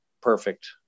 perfect